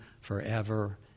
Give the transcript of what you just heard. forever